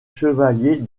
chevalier